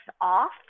off